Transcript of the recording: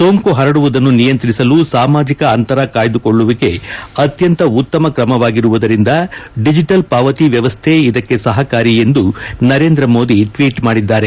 ಸೋಂಕು ಪರಡುವುದನ್ನು ನಿಯಂತ್ರಿಸಲು ಸಾಮಾಜಿಕ ಅಂತರ ಕಾಯ್ದುಕೊಳ್ಳುವಿಕೆ ಅತ್ಯಂತ ಉತ್ತಮ ್ರಮವಾಗಿರುವುದರಿಂದ ಡಿಜೆಟಲ್ ಪಾವತಿ ವ್ಯವಸ್ಥೆ ಇದಕ್ಕೆ ಸಹಕಾರಿ ಎಂದು ನರೇಂದ್ರ ಮೋದಿ ಟ್ವೀಟ್ ಮಾಡಿದ್ದಾರೆ